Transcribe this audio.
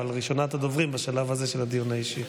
אבל את ראשונת הדוברים בשלב הזה של הדיון האישי.